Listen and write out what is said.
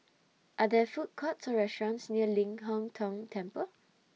Are There Food Courts Or restaurants near Ling Hong Tong Temple